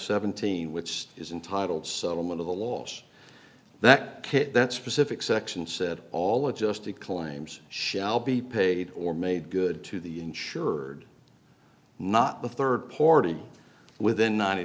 seventeen which is intitled settlement of the loss that kid that's specific section said all adjusted climbs shall be paid or made good to the insured not the third party within ninety